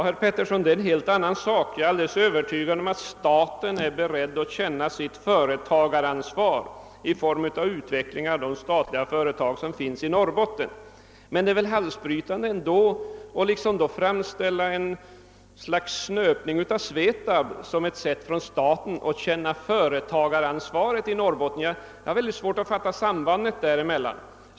Herr talman! Det är en helt annan sak, herr Petersson i Gäddvik. Jag är helt övertygad om att staten är beredd att känna sitt företagaransvar och ge uttryck för det i de statliga företag som finns i Norrbotten. Men det är väl halsbrytande ändå att försöka hävda att en slags snöpning av SVETAB skulle vara ett sätt för staten att visa att man känner företagaransvaret i Norrbotten. Jag har mycket svårt att fatta sambandet.